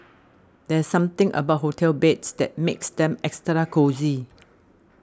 there's something about hotel beds that makes them extra cosy